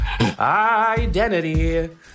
identity